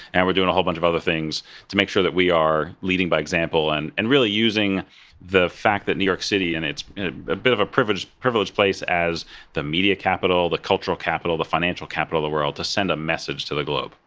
and we're doing a whole bunch of other things to make sure that we are leading by example, and and really using the fact that new york city and is a bit of a privilege privileged place as the media capital, the cultural capital, the financial capital of the world to send a message to the globe.